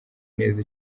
neza